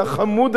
אבו מאזן,